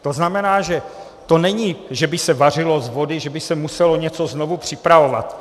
To znamená, že to není, že by se vařilo z vody, že by se muselo něco znovu připravovat.